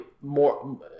more